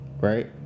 right